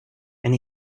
and